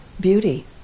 beauty